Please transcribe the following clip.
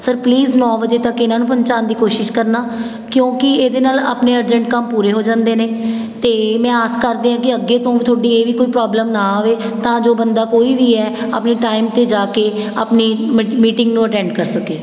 sir please ਨੌ ਵਜੇ ਤੱਕ ਇਹਨਾਂ ਨੂੰ ਪਹੁੰਚਾਉਣ ਦੀ ਕੋਸ਼ਿਸ਼ ਕਰਨਾ ਕਿਉਂਕਿ ਇਹਦੇ ਨਾਲ ਆਪਣੇ ਅਰਜੈਂਟ ਕੰਮ ਪੂਰੇ ਹੋ ਜਾਂਦੇ ਨੇ ਅਤੇ ਮੈਂ ਆਸ ਕਰਦੀ ਹਾਂ ਕਿ ਅੱਗੇ ਤੋਂ ਵੀ ਤੁਹਾਡੀ ਇਹ ਵੀ ਕੋਈ ਪ੍ਰੋਬਲਮ ਨਾ ਆਵੇ ਤਾਂ ਜੋ ਬੰਦਾ ਕੋਈ ਵੀ ਹੈ ਆਪਣੇ ਟਾਈਮ 'ਤੇ ਜਾ ਕੇ ਆਪਣੀ ਮੀ ਮੀਟਿੰਗ ਨੂੰ ਅਟੈਂਡ ਕਰ ਸਕੇ